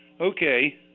Okay